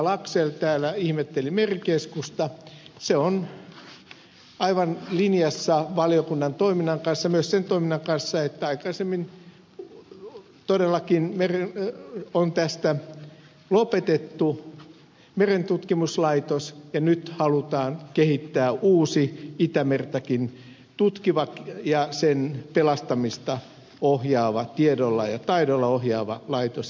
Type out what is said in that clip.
laxell täällä ihmetteli merikeskusta että se on aivan linjassa valiokunnan toiminnan kanssa myös sen toiminnan kanssa että aikaisemmin todellakin on lopetettu merentutkimuslaitos ja nyt halutaan kehittää uusi itämertakin tutkiva ja sen pelastamista tiedolla ja taidolla ohjaava laitos